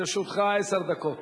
לרשותך עשר דקות.